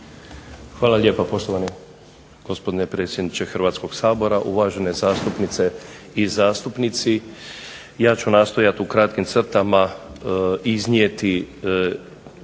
Hvala lijepo. Poštovani gospodine predsjedniče Hrvatskog sabora, uvažene zastupnice i zastupnici. Ja ću nastojati u kratkim crtama iznijeti